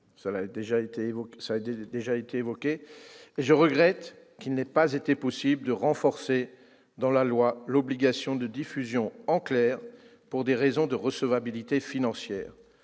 évoquées. À ce propos, je regrette qu'il n'ait pas été possible de renforcer dans la loi l'obligation de diffusion en clair pour des raisons de recevabilité financière,